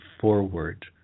forward